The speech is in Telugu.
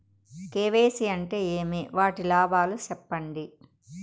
కె.వై.సి అంటే ఏమి? వాటి లాభాలు సెప్పండి?